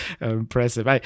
Impressive